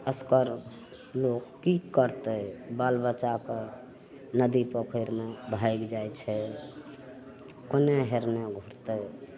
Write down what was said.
एकसर लोक की करतय बाल बच्चा तऽ नदी पोखरिमे भागि जाइ छै कोने हेरने उठतय